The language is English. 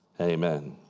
Amen